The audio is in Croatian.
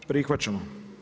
Prihvaćamo.